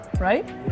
Right